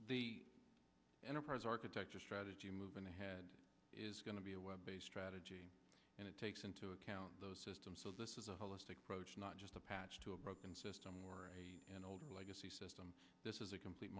the enterprise architecture strategy moving ahead is going to be a web based strategy and it takes into account those systems so this is a holistic approach not just a patch to a broken system where an old legacy system this is a complete